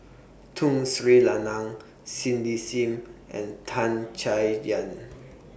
Tun Sri Lanang Cindy SIM and Tan Chay Yan